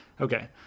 Okay